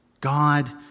God